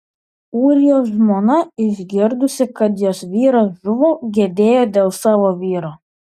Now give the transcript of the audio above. ūrijos žmona išgirdusi kad jos vyras žuvo gedėjo dėl savo vyro